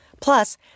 Plus